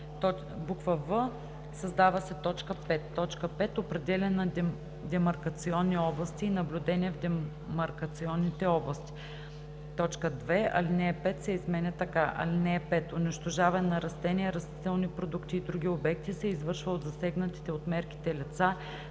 в) създава се т. 5: „5. определяне на демаркационни области и наблюдения в демаркационните области.“ 2. Алинея 5 се изменя така: „(5) Унищожаване на растения, растителни продукти и други обекти се извършва от засегнатите от мерките лица